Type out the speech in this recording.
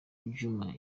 djuma